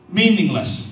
meaningless